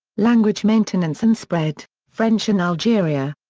language maintenance and spread french in algeria.